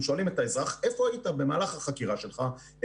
אנחנו שואלים את האזרח במהלך החקירה: איפה היית?